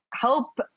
help